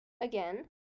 again